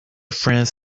friends